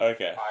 Okay